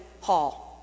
hall